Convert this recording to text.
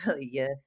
Yes